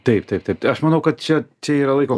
taip taip taip tai aš manau kad čia čia yra laiko